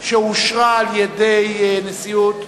שאושרו על-ידי הנשיאות,